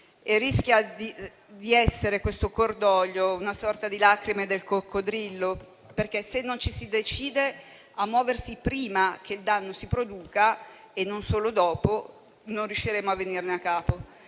rischia di essere una sorta di lacrime del coccodrillo. Se non ci si decide a muoversi prima che il danno si produca e non solo dopo, non riusciremo a venirne a capo.